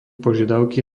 požiadavky